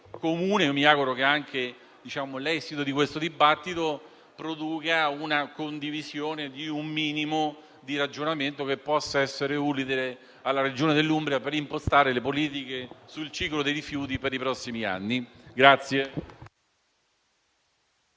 Mi auguro che l'esito di questo dibattito produrrà una condivisione di un minimo di ragionamento che possa essere utile alla Regione Umbria per impostare le politiche sul ciclo dei rifiuti per i prossimi anni.